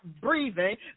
breathing